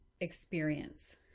experience